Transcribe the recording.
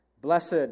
Blessed